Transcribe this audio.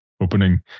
Opening